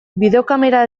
bideokamera